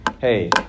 hey